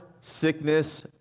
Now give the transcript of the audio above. sickness